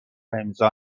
امضا